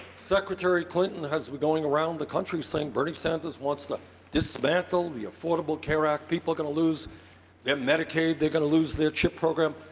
secretary clinton has been going around the country saying bernie sanders wants to dismantle the affordable care act, people are going to lose their medicaid they're going to lose their chip program.